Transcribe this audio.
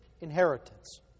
inheritance